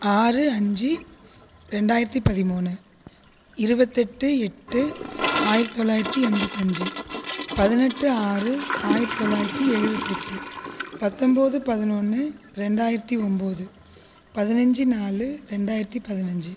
ஆறு அஞ்சி ரெண்டாயிரத்தி பதிமூணு இருபத்தெட்டு எட்டு ஆயிரத்தி தொள்ளாயிரத்தி எண்பத்தஞ்சி பதினெட்டு ஆறு ஆயிரத்தி தொள்ளாயிரத்தி எழுபத்தெட்டு பத்தம்போது பதினொன்று ரெண்டாயிரத்தி ஒம்பது பதினைச்சி நாலு ரெண்டாயிரத்தி பதினைச்சி